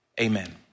Amen